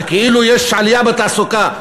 שכאילו יש עלייה בתעסוקה,